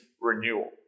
renewal